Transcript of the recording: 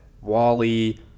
wally